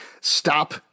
stop